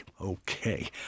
Okay